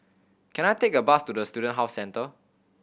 can I take a bus to the Student Health Centre